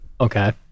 Okay